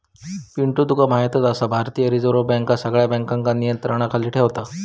पिंटू तुका म्हायतच आसा, भारतीय रिझर्व बँक सगळ्या बँकांका नियंत्रणाखाली ठेवता